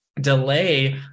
delay